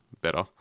better